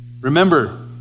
Remember